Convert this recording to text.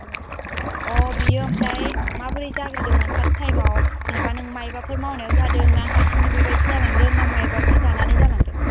अ अ बेयो ओमफ्राय माबोरै जाग्रोदोंमोन फार्स्ट टाइमाव जेनेबा नों माबाफोर मावनायाव जादों ना हारसिंनो बेबायदि जालांदों ना माबाफोर जानानै जालांदों